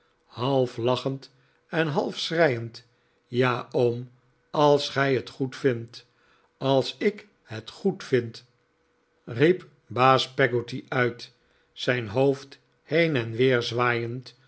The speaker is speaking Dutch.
half lachend en half schreiend ja oom als gij het goedvindt als ik het goedvind riep baas pegotty uit zijn hoofd neen en weer zwaaiend